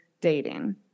dating